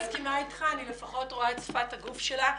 אני לפחות רואה את שפת הגוף שלה.